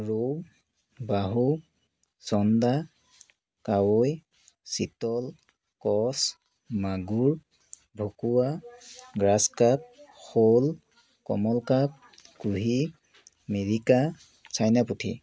ৰৌ বাহু চন্দা কাৱৈ চিতল কচ মাগুৰ ভকুৱা গ্ৰাছ কাৰ্প শ'ল কমন কাৰ্প কুহি মিৰিকা চাইনা পুঠি